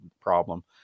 problem